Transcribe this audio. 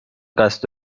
قصد